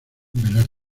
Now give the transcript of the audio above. velar